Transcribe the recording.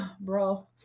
bro